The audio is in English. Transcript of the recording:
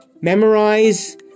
memorize